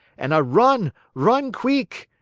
an' ah run run queek!